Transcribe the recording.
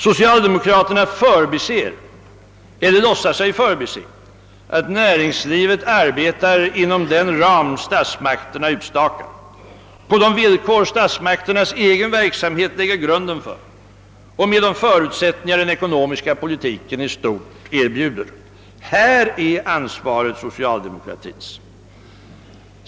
Socialdemokraterna förbiser — eller låtsas göra det — att näringslivet arbetar inom den ram statsmakterna utstakat, på de villkor statsmakternas egen verksamhet lägger grunden för och med de förutsättningar den ekonomiska politiken i stort erbjuder. Här är alltså ansvaret socialdemokratins.